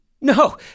No